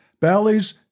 Bally's